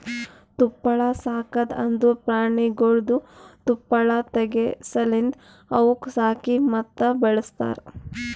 ತುಪ್ಪಳ ಸಾಕದ್ ಅಂದುರ್ ಪ್ರಾಣಿಗೊಳ್ದು ತುಪ್ಪಳ ತೆಗೆ ಸಲೆಂದ್ ಅವುಕ್ ಸಾಕಿ ಮತ್ತ ಬೆಳಸ್ತಾರ್